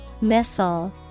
Missile